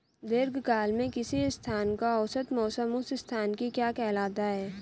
दीर्घकाल में किसी स्थान का औसत मौसम उस स्थान की क्या कहलाता है?